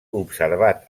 observat